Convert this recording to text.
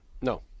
No